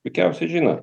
puikiausiai žino